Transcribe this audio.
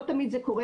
לא תמיד זה קורה,